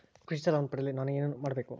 ಕೃಷಿ ಸಾಲವನ್ನು ಪಡೆಯಲು ನಾನು ಏನು ಮಾಡಬೇಕು?